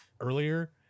earlier